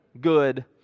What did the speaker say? good